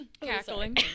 cackling